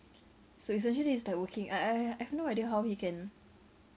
so it's actually it's like working I I I I have no idea how he can